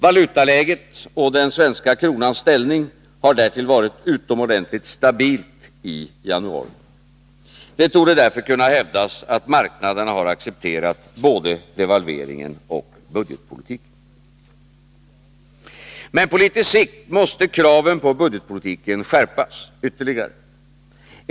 Valutaläget och den svenska kronans ställning har därtill varit utomordentligt stabila i januari. Det torde därför kunna hävdas att marknaderna har accepterat både devalveringen och budgetpolitiken. Men på litet sikt måste kraven på budgetpolitiken skärpas ytterligare.